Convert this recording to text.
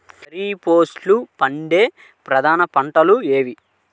ఖరీఫ్లో పండే ప్రధాన పంటలు ఏవి?